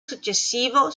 successivo